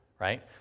right